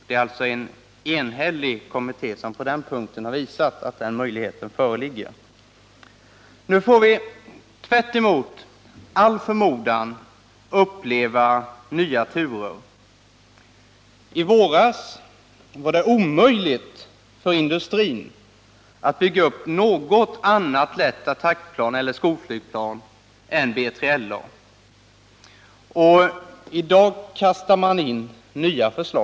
Det är alltså en enig kommitté som på den punkten visat att denna möjlighet föreligger. Nu får vi i stället mot all förmodan uppleva nya turer. I våras var det omöjligt för industrin att bygga upp något annat lätt attackplan eller skolflygplan än B3LA. I dag kommer man med nya förslag.